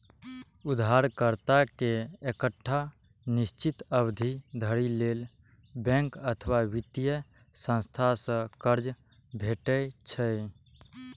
उधारकर्ता कें एकटा निश्चित अवधि धरि लेल बैंक अथवा वित्तीय संस्था सं कर्ज भेटै छै